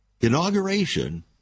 inauguration